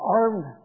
armed